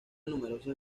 numerosas